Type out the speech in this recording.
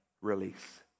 release